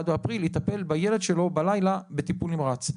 באפריל יטפל בילד שלו בלילה בטיפול נמרץ.